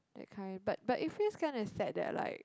that kind but but it feels kinda sad that like